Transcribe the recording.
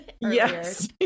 yes